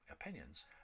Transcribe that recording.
opinions